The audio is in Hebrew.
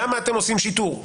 למה אתם עושים שיטור?